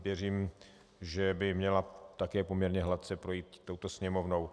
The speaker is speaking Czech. Věřím, že by měla také poměrně hladce projít touto Sněmovnou.